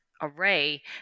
array